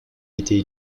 était